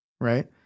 right